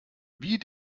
wie